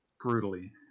Brutally